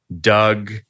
Doug